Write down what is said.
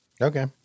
Okay